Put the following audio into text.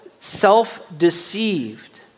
self-deceived